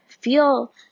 feel